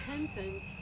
repentance